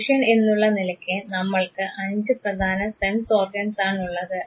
മനുഷ്യർ എന്നുള്ള നിലയ്ക്ക് നമ്മൾക്ക് അഞ്ച് പ്രധാന സെൻസ് ഓർഗൻസാണുള്ളത്